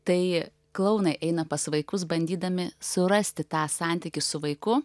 tai klounai eina pas vaikus bandydami surasti tą santykį su vaiku